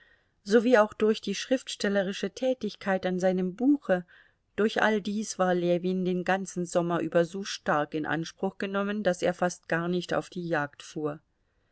sowie auch durch die schriftstellerische tätigkeit an seinem buche durch all dies war ljewin den ganzen sommer über so stark in anspruch genommen daß er fast gar nicht auf die jagd fuhr